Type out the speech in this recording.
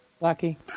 Lucky